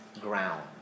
ground